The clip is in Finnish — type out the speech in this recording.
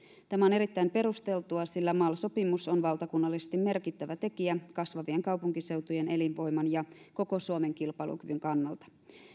tämä on erittäin perusteltua sillä mal sopimus on valtakunnallisesti merkittävä tekijä kasvavien kaupunkiseutujen elinvoiman ja koko suomen kilpailukyvyn kannalta